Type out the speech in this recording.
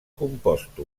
composts